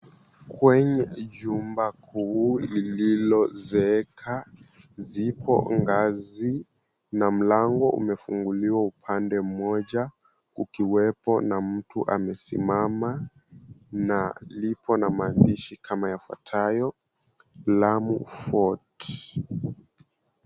Kwenye jumba kuu lililozeeka zipo ngazi na mlango uefunguliwa upande mmoja ukiwepo na mtu amesimama na lipo na maandishi kama yafuatayo, Lami Fort.